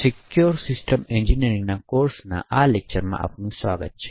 secure system એન્જિનિયરિંગના કોર્સમાં આ લેક્ચરમાં આપનું સ્વાગત છે